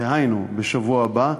דהיינו בשבוע הבא,